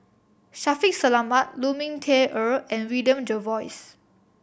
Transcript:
Shaffiq Selamat Lu Ming Teh Earl and William Jervois